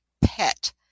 pet